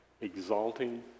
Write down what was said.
exalting